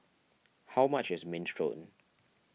how much is Minestrone